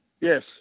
Yes